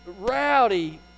rowdy